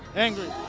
angry.